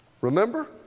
Remember